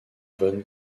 von